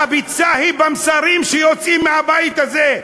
והביצה היא במסרים שיוצאים מהבית הזה,